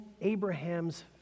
Abraham's